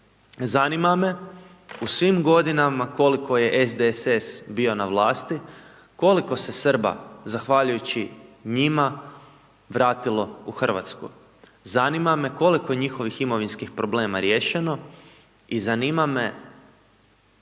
Zanima me, u svim godinama koliko je SDSS bio na vlasti, koliko se Srba zahvaljujući njima, vratilo u RH? Zanima me koliko je njihovih imovinskih problema riješeno i zanima me